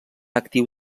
actiu